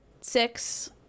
six